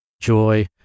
joy